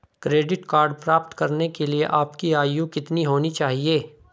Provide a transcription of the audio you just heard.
Credit card प्राप्त करने के लिए आपकी आयु कितनी होनी चाहिए?